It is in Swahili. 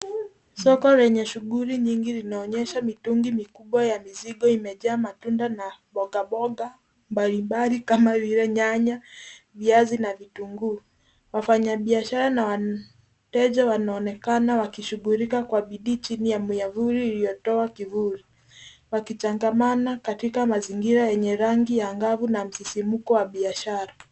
Soko lenye shughuli nyingi, linaonyesha mitungi mikubwa ya mizigo imejaa matunda na mboga mboga mbali mbali kama vile nyanya, viazi na vitunguu. Wafanyabiashara na wateja wanaonekana wakishughulika kwa bidii chini ya miavuli iliyotoa kivuli ,wakichangamana katika mazingira yenye rangi angavu na msisimuko wa biashara.